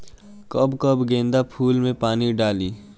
कब कब गेंदा फुल में पानी डाली?